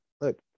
look